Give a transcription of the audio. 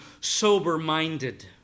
sober-minded